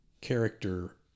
character